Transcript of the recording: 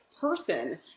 person